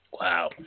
Wow